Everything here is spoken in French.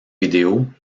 vidéos